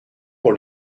pour